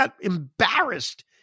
embarrassed